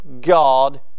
God